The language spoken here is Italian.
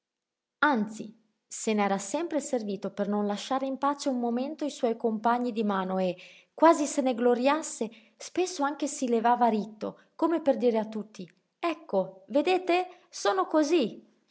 anzi se n'era sempre servito per non lasciare in pace un momento i suoi compagni di mano e quasi se ne gloriasse spesso anche si levava ritto come per dire a tutti ecco vedete sono cosí